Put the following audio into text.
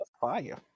fire